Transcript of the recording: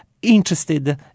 interested